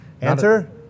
Answer